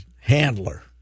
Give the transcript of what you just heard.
Handler